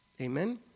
Amen